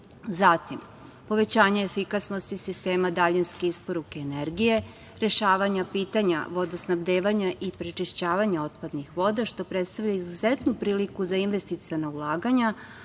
Zatim, povećanje efikasnosti sistema daljinske isporuke energije, rešavanja pitanja vodosnabdevanja i prečišćavanja otpadnih voda, što predstavlja izuzetnu priliku za investiciona ulaganja,